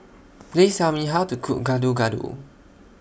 Please Tell Me How to Cook Gado Gado